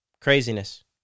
Craziness